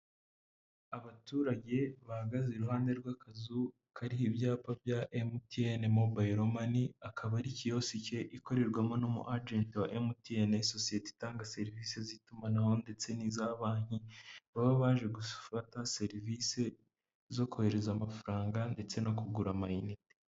Abaturage bahagaze iruhande rw'akazu kariho ibyapa bya MTN mobayilo mani, akaba ari kiyosike ikorerwamo umu ajenti wa MTN, sosiyete itanga serivise z'itumanaho ndetse n'iza banki, baba baje gufata serivise zo kohereza amafaranga ndetse no kugura amayinite.